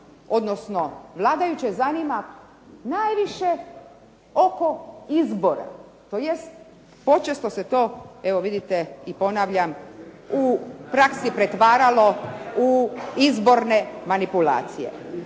odnosno vladajuće zanima najviše oko izbora. Tj. Počesto se to izgleda ponavlja u praksi pretvaralo u izborne manipulacije.